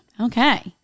Okay